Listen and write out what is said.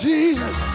Jesus